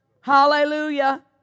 Hallelujah